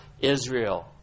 Israel